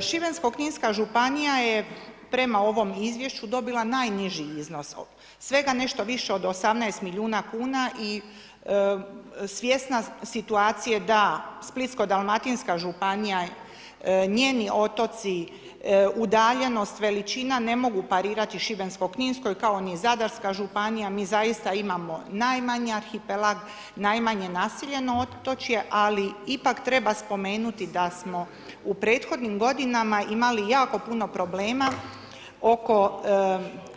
Šibensko-kninska županija je prema ovom izvješću dobila naniži iznos, svega nešto više od 18 milijuna kuna i svjesna situacije da Splitsko-dalmatinska županija, njeni otoci, udaljenost, veličina ne mogu parirati Šibensko-kninskoj kao ni Zadarska županija, mi zaista imamo najmanji arhipelag, najmanje naseljeno otočje ali ipak treba spomenuto da smo u prethodnim godinama imali jako puno problema